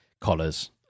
collars